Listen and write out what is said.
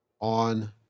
on